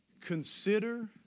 consider